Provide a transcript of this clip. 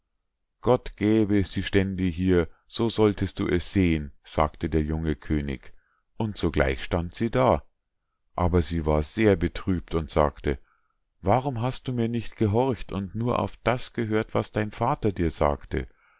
gott gäbe sie stände hier so solltest du es sehen sagte der junge könig und sogleich stand sie da aber sie war sehr betrübt und sagte warum hast du mir nicht gehorcht und nur auf das gehört was dein vater dir sagte